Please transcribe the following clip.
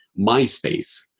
MySpace